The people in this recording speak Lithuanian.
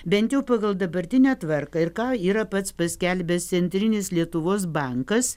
bent jau pagal dabartinę tvarką ir ką yra pats paskelbęs centrinis lietuvos bankas